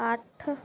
ਅੱਠ